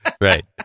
right